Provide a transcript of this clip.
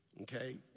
okay